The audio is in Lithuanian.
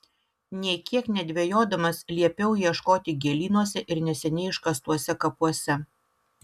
nė kiek nedvejodamas liepiau ieškoti gėlynuose ir neseniai iškastuose kapuose